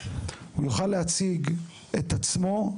הוא יוכל להציג את עצמו,